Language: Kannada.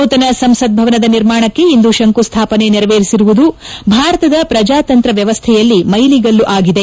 ನೂತನ ಸಂಸತ್ ಭವನದ ನಿರ್ಮಾಣಕ್ಕೆ ಇಂದು ಶಂಕು ಸ್ನಾಪನೆ ನೇರವೇರಿಸಿರುವುದು ಭಾರತದ ಶ್ರಜಾತಂತ್ರ ವ್ಯವಸ್ನೆಯಲ್ಲಿ ಮೈಲಿಗಲ್ಲು ಆಗಿದೆ